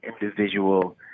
individual